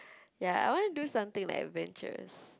ya I want to do something like adventurous